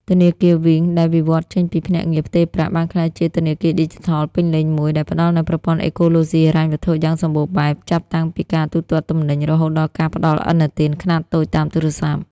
ធនាគារ វីង (Wing ) ដែលវិវត្តន៍ចេញពីភ្នាក់ងារផ្ទេរប្រាក់ បានក្លាយជាធនាគារឌីជីថលពេញលេញមួយ ដែលផ្ដល់នូវប្រព័ន្ធអេកូឡូស៊ីហិរញ្ញវត្ថុយ៉ាងសម្បូរបែប ចាប់តាំងពីការទូទាត់ទំនិញ រហូតដល់ការផ្ដល់ឥណទានខ្នាតតូចតាមទូរស័ព្ទ។